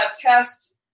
test